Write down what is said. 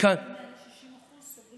מעל 60% סוגרים,